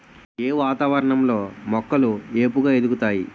ఏ వాతావరణం లో మొక్కలు ఏపుగ ఎదుగుతాయి?